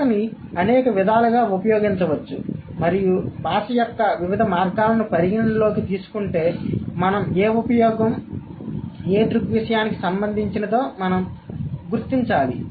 భాషని అనేక విధాలుగా ఉపయోగించవచ్చు మరియు భాష యొక్క వివిధ మార్గాలను పరిగణనలోకి తీసుకుంటే మనం ఏ ఉపయోగం ఏ దృగ్విషయానికి సంబంధించినదో మనం గుర్తించాలి